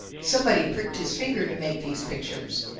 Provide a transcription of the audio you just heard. somebody pricked his finger to make these pictures.